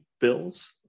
bills